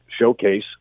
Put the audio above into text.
showcase